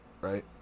right